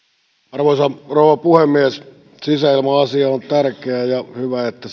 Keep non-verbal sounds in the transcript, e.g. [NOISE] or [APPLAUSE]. arvoisa rouva puhemies sisäilma asia on tärkeä ja hyvä että [UNINTELLIGIBLE]